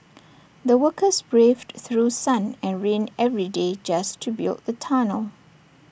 the workers braved through sun and rain every day just to build the tunnel